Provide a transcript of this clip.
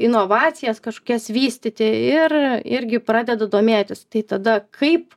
inovacijas kažkokias vystyti ir irgi pradeda domėtis tai tada kaip